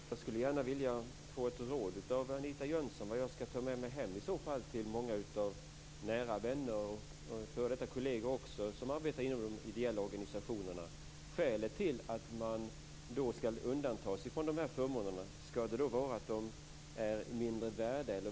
Fru talman! Jag skulle gärna vilja få ett råd av Anita Jönsson om vad jag i så fall ska ta med mig hem till många av mina nära vänner och f.d. kolleger som arbetar inom de ideella organisationerna. Skälet till att de ska undantas från de här förmånerna, ska det vara att de är mindre värda?